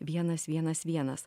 vienas vienas vienas